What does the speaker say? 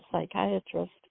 psychiatrist